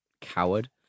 Coward